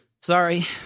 Sorry